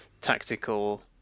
tactical